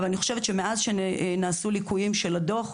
אבל מאז שצוינו הליקויים של הדוח,